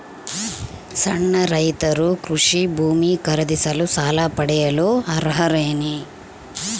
ಸಣ್ಣ ರೈತರು ಕೃಷಿ ಭೂಮಿ ಖರೇದಿಸಲು ಸಾಲ ಪಡೆಯಲು ಅರ್ಹರೇನ್ರಿ?